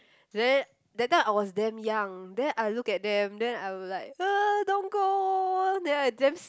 then that time I was damn young then I look at them then I will like don't go then I damn